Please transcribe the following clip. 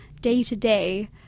day-to-day